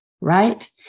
Right